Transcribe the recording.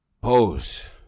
Pose